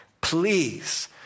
Please